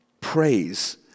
praise